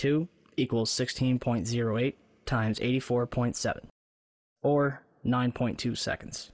two equal sixteen point zero eight times eighty four point seven or nine point two seconds